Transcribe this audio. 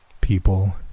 people